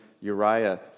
Uriah